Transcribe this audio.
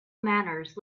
manners